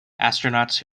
astronauts